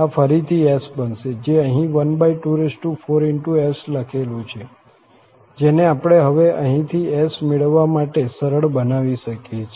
આ ફરીથી S બનશે જે અહીં 124S લખેલું છે જેને આપણે હવે અહીંથી S મેળવવા માટે સરળ બનાવી શકીએ છીએ